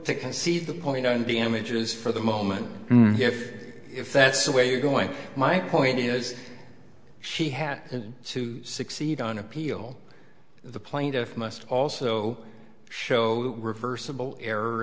to concede the point don't be an image is for the moment if if that's the way you're going my point is she had to succeed on appeal the plaintiff must also show reversible error